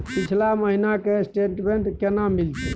पिछला महीना के स्टेटमेंट केना मिलते?